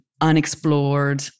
unexplored